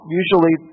usually